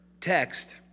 text